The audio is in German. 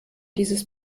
dieses